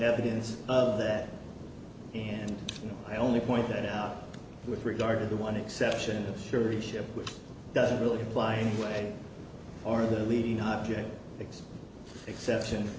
evidence of that and i only point that out with regard to the one exception surely ship which doesn't really apply anyway or of the leading object exception